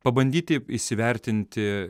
pabandyti įsivertinti